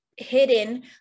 hidden